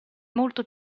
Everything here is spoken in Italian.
molto